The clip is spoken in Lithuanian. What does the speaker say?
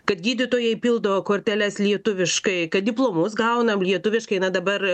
kad gydytojai pildo korteles lietuviškai kad diplomus gaunam lietuviškai na dabar